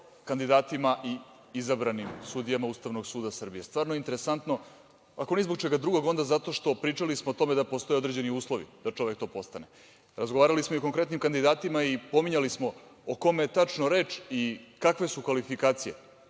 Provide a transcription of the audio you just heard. kandidatima i izabranim sudijama Ustavnog suda Srbije. Stvarno interesantno, ako ni zbog čega drugog, onda zato što, pričali smo o tome da postoje određeni uslovi da čovek to postane. Razgovarali smo i o konkretnim kandidatima i pominjali smo o kome je tačno reč i kakve su kvalifikacije,